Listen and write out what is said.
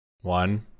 One